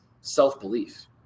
self-belief